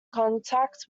contact